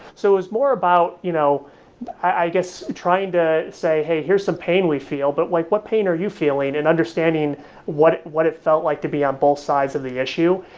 so it's more about, you know i guess, trying to say, hey, here's some pain we feel. but like what pain are you feeling and understanding what what it felt like to be on both sides of the issue?